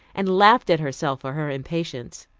and laughed at herself for her impatience.